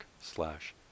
slash